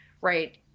right